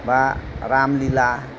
बा राम लिला